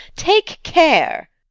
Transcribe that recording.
take care!